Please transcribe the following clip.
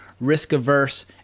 risk-averse